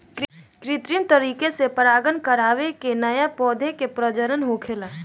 कित्रिम तरीका से परागण करवा के नया पौधा के प्रजनन होखेला